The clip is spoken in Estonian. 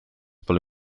pole